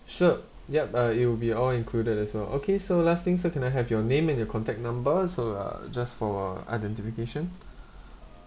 sure yup uh it will be all included as well okay so last thing sir can I have your name and your contact number so uh just for identification